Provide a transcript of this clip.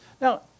now